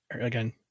Again